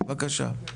בבקשה.